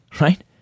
right